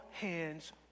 hands